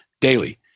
daily